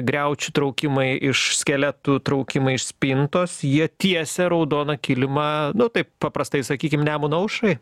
griaučių traukimai iš skeletų traukimai iš spintos jie tiesia raudoną kilimą nu taip paprastai sakykim nemuno aušrai